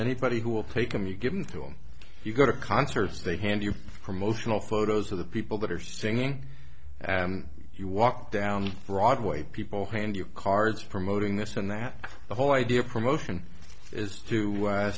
anybody who will take them you've given to them you go to concerts they hand you promotional photos of the people that are singing and you walk down broadway people hand you cards promoting this and that the whole idea of promotion is to